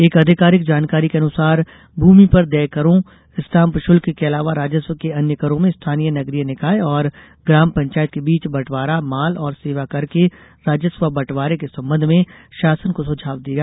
एक आधिकारिक जानकारी के अनुसार भूमि पर देय करों स्टाम्प शुल्क के अलावा राजस्व के अन्य करों में स्थानीय नगरीय निकाय और ग्राम पंचायत के बीच बंटवारा माल और सेवा कर के राजस्व बंटवारे के संबंध में शासन को सुझाव देगा